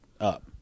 up